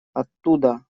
оттуда